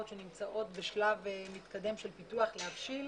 שנמצאות בשלב מתקדם של פיתוח להבשיל